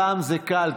הפעם זה קל,